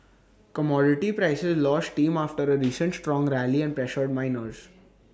commodity prices lost steam after A recent strong rally and pressured miners